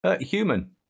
Human